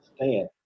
understand